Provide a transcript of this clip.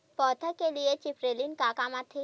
पौधा के लिए जिबरेलीन का काम आथे?